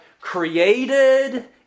created